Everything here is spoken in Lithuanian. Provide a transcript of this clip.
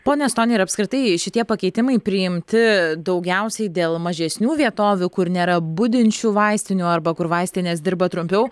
pone stony ir apskritai jei šitie pakeitimai priimti daugiausiai dėl mažesnių vietovių kur nėra budinčių vaistinių arba kur vaistinės dirba trumpiau